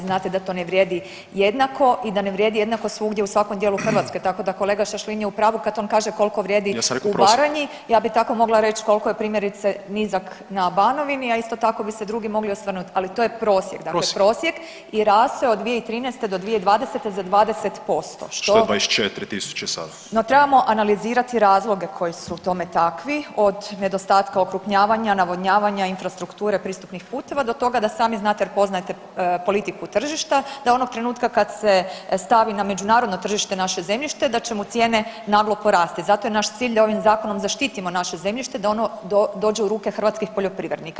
Znate da to ne vrijedi jednako i da ne vrijedi jednako svugdje u svakom dijelu Hrvatske, tako da kolega Šašlin je u pravu kad on kaže koliko vrijedi u Baranji [[Upadica Troskot: Ja sam rekao u prosjeku.]] Ja bih tako mogla reći koliko je primjerice nizak na Banovini, a isto tako bi se drugi mogli osvrnuti ali to je prosjek [[Upadica: Prosjek]] dakle prosjek i raste od 2013. do 2020. za 20% … [[Upadica iz klupe se ne razumije]] No trebamo analizirati razloge koji su tome takvi od nedostatka okrupnjavanja, navodnjavanja, infrastrukture pristupnih puteva do toga da sami znate jer poznajete politiku tržišta da onog trenutka kad se stavi na međunarodno tržište naše zemljište da će mu cijene naglo porasti zato je naš cilj da ovim zakonom zaštitimo naše zemljište da ono dođe u ruke hrvatskih poljoprivrednika.